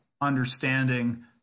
understanding